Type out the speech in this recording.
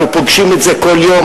אנחנו פוגשים את זה כל יום,